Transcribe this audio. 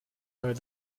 her